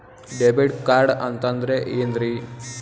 Debit card ಅಂತಂದ್ರೆ ಏನ್ರೀ?